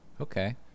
Okay